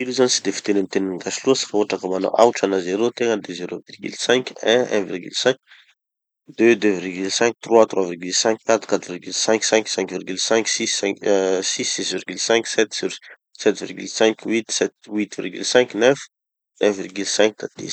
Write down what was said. Virgule zany tsy de fiteny amy teny gasy loatsy fa hotraky manao aotra na zero tegna de zero virgule cinq, un, un virgule cinq, deux, deux virgule cinq, trois, trois virgule cinq, quatre, quatre virgule cinq, cinq, cinq virgule cinq, six cin- ah six, six virgule cinq, sept sur- sept, sept virgule cinq, huit sept-, huit virgule cinq, neuf, neuf virgule cinq, dix.